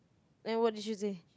and what did you say